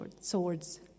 swords